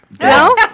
No